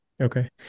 okay